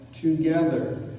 together